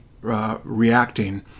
reacting